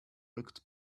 looked